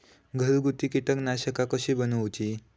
घरगुती कीटकनाशका कशी बनवूची?